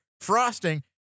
frosting